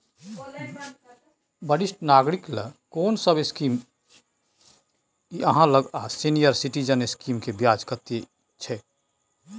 वरिष्ठ नागरिक ल कोन सब स्कीम इ आहाँ लग आ सीनियर सिटीजन स्कीम के ब्याज कत्ते इ?